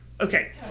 Okay